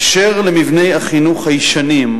אשר למבני החינוך הישנים,